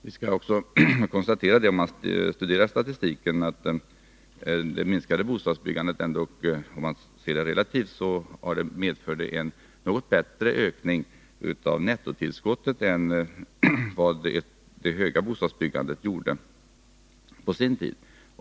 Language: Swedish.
Om man studerar statistiken finner man att det minskade bostadsbyggandet relativt sett ändock medför en något större ökning av nettotillskottet av bostäder än vad det höga bostadsbyggandet gjorde på sin tid.